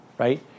Right